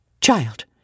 child